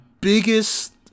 biggest